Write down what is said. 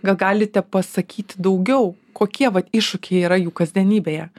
gal galite pasakyti daugiau kokie vat iššūkiai yra jų kasdienybėje